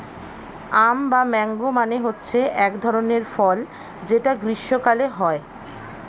আম বা ম্যাংগো মানে হচ্ছে এক ধরনের ফল যেটা গ্রীস্মকালে হয়